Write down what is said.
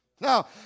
Now